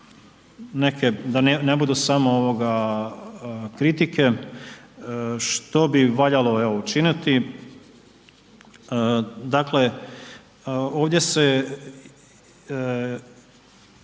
neke da ne budu samo ovoga kritike, što bi valjalo evo učiniti, dakle ovdje se,